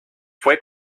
fue